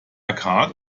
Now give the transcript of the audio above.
carte